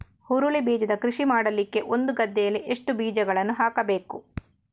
ಹುರುಳಿ ಬೀಜದ ಕೃಷಿ ಮಾಡಲಿಕ್ಕೆ ಒಂದು ಗದ್ದೆಯಲ್ಲಿ ಎಷ್ಟು ಬೀಜಗಳನ್ನು ಹಾಕಬೇಕು?